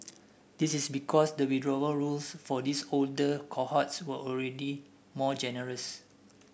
this is because the withdrawal rules for these older cohorts were already more generous